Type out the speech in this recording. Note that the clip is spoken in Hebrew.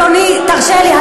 אדוני, תרשה לי.